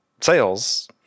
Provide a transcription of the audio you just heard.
sales